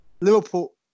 Liverpool